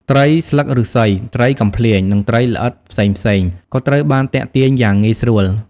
ត្រីស្លឹកឫស្សី ត្រីកំភ្លាញ និងត្រីល្អិតផ្សេងៗ ក៏ត្រូវបានទាក់ទាញយ៉ាងងាយស្រួល។